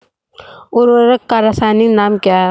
उर्वरक का रासायनिक नाम क्या है?